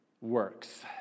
works